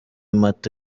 mata